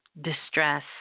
distress